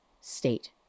state